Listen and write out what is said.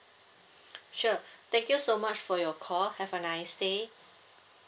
sure thank you so much for your call have a nice day